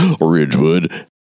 Ridgewood